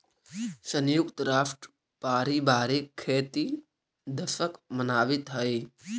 संयुक्त राष्ट्र पारिवारिक खेती दशक मनावित हइ